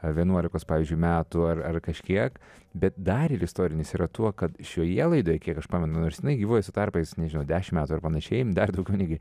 vienuolikos pavyzdžiui metų ar ar kažkiek bet dar ir istorinis yra tuo kad šioje laidoje kiek aš pamenu nors jinai gyvuoja su tarpais nežinau dešimt metų ar panašiai dar daug netgi